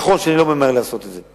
נכון שאני לא ממהר לעשות את זה.